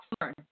learn